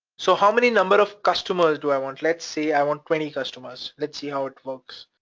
so how many number of customers do i want? let's see. i want twenty customers. let's see how it works.